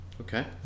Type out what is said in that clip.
Okay